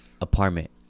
apartment